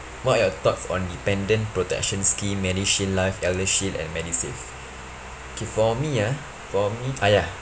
what your thoughts on dependent protection scheme medishield life eldershield and medisave kay~ for me ah for me ah ya